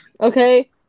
Okay